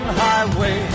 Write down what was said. highway